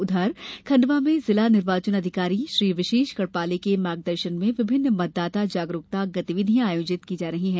उधर खण्डवा में जिला निर्वाचन अधिकारी श्री विशेष गढ़पाले के मार्गदर्शन में विभिन्न मतदाता जागरूकता गतिविधियां आयोजित की जा रही है